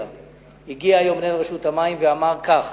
הגיע היום מנהל רשות המים ואמר כך: